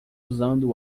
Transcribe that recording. usando